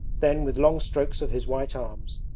then with long strokes of his white arms,